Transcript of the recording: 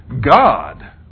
God